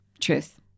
Truth